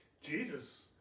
Jesus